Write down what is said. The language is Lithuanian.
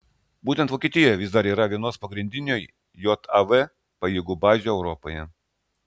būtent vokietijoje vis dar yra vienos pagrindinių jav pajėgų bazių europoje